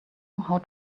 how